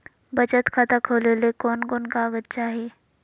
बचत खाता खोले ले कोन कोन कागज चाही?